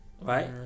right